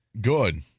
Good